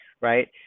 right